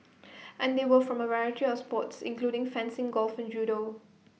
and they were from A variety of sports including fencing golf and judo